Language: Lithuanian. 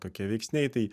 kokie veiksniai tai